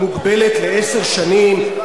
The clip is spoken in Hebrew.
מוגבלת לעשר שנים.